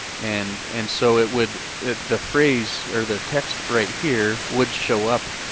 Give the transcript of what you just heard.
and and so it would, the phrase or the text right here would show up,